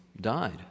died